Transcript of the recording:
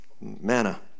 Manna